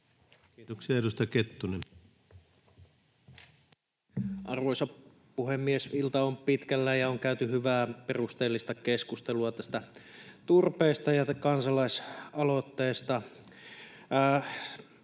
Time: 20:55 Content: Arvoisa puhemies! Ilta on pitkällä, ja on käyty hyvää, perusteellista keskustelua tästä turpeesta ja kansalaisaloitteesta.